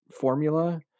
formula